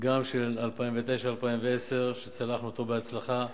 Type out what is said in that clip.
גם של 2009 2010, שצלחנו אותו בהצלחה.